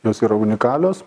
jos yra unikalios